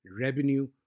revenue